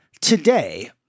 today